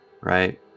Right